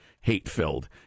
hate-filled